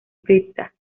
cripta